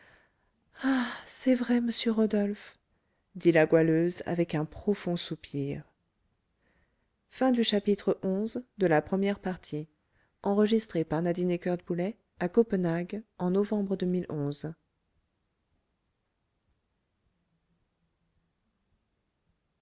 ah c'est vrai monsieur rodolphe dit la goualeuse avec un profond soupir